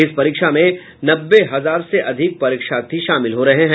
इस परीक्षा में नब्बे हजार से अधिक परीक्षार्थी शामिल हो रहे हैं